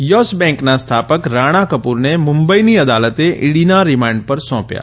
yes બેંકના સ્થાપક રાણા કપૂરને મુંબઇની અદાલતે ઇડીના રીમાન્ઠ પર સોંપ્યા